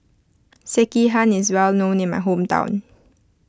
Sekihan is well known in my hometown